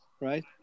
right